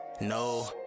No